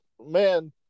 man